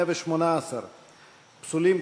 118. פסולים,